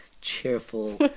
cheerful